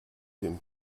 dem